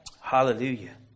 Hallelujah